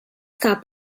cup